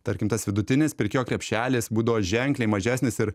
tarkim tas vidutinis pirkėjo krepšelis būdavo ženkliai mažesnis ir